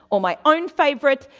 or my own favourite,